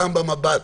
גם במבט